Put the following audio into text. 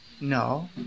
No